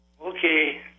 Okay